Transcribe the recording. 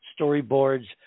storyboards